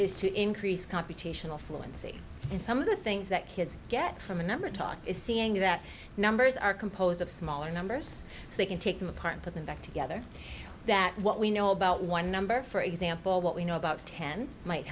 is to increase computational fluency in some of the things that kids get from a number talk is seeing that numbers are composed of smaller numbers so they can take them apart and put them back together that what we know about one number for example what we know about ten might